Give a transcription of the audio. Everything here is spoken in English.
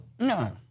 No